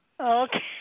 Okay